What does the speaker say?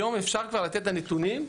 היום אפשר כבר לתת את הנתונים.